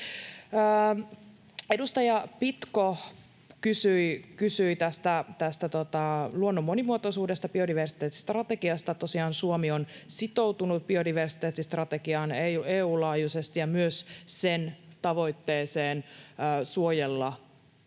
Edustaja Pitko kysyi tästä luonnon monimuotoisuudesta, biodiversiteettistrategiasta. Tosiaan Suomi on sitoutunut biodiversiteettistrategiaan EU:n laajuisesti ja myös sen tavoitteeseen suojella